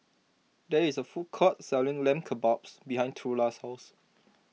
there is a food court selling Lamb Kebabs behind Trula's house